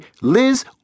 Liz